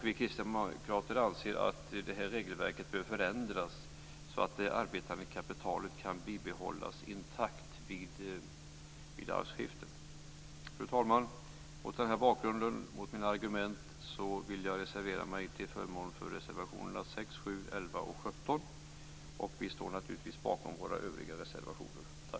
Vi kristdemokrater anser att regelverket bör förändras så att det arbetande kapitalet kan bibehållas intakt vid arvsskiften. Fru talman! Mot denna bakgrund och med dessa argument vill jag reservera mig till förmån för reservationerna 6, 7, 11 och 17. Vi står naturligtvis också bakom våra övriga reservationer.